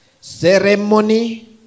ceremony